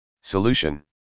Solution